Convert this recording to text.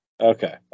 Okay